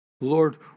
Lord